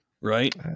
Right